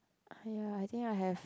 ah yeah I think I have